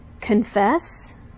confess